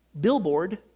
billboard